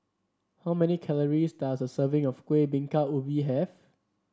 how many calories does a serving of Kueh Bingka Ubi have